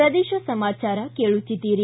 ಪ್ರದೇಶ ಸಮಾಚಾರ ಕೇಳುತ್ತೀದ್ದಿರಿ